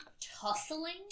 tussling